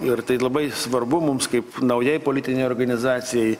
ir tai labai svarbu mums kaip naujai politinei organizacijai